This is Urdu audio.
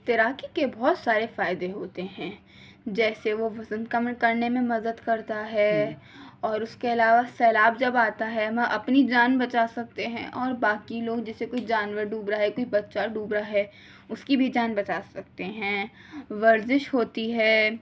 تیراکی کے بہت سارے فائدے ہوتے ہیں جیسے وہ وزن کم کرنے میں مدد کرتا ہے اور اس کے علاوہ سیلاب جب آتا ہے ہم اپنی جان بچا سکتے ہیں اور باقی لوگ جیسے کوئی جانور ڈوب رہا ہے کوئی بچہ ڈوب رہا ہے اس کی بھی جان بچا سکتے ہیں ورزش ہوتی ہے